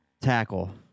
tackle